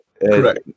Correct